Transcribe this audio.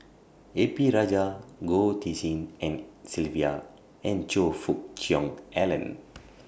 A P Rajah Goh Tshin En Sylvia and Choe Fook Cheong Alan